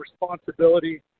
responsibility